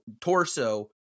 torso